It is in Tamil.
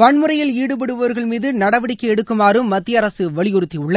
வன்முறையில் ஈடுபடுபவர்கள் மீது நடவடிக்கை எடுக்குமாறு மத்திய அரசு வலியுறுத்தியுள்ளது